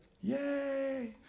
Yay